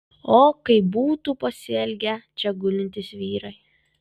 o kaip būtų pasielgę čia gulintys vyrai